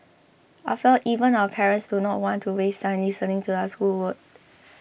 after all if even our parents do not want to waste time listening to us who would